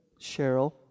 Cheryl